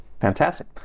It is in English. fantastic